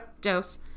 Dose